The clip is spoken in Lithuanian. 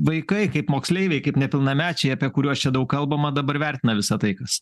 vaikai kaip moksleiviai kaip nepilnamečiai apie kuriuos čia daug kalbama dabar vertina visa tai kas